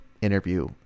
interview